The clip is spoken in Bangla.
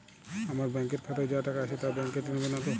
আমার ব্যাঙ্ক এর খাতায় যা টাকা আছে তা বাংক কেটে নেবে নাতো?